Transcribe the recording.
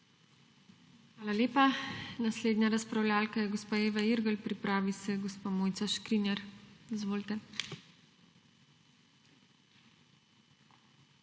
Hvala lepa. Naslednja razpravljavka je gospa Eva Irgl. Pripravi se gospa Mojca Škrinjar. Izvolite. **EVA IRGL